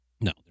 No